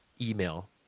email